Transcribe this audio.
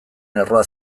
erroa